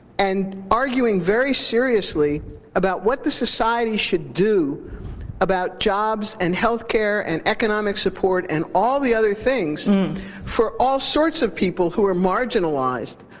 and arguing very seriously about what the society should do about jobs and health care and economic support, and all the other things for all sorts of people who are marginalized,